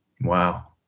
Wow